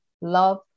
love